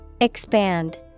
Expand